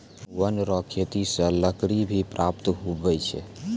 वन रो खेती से लकड़ी भी प्राप्त हुवै छै